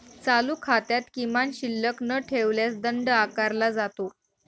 चालू खात्यात किमान शिल्लक न ठेवल्यास दंड आकारला जातो